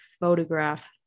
photograph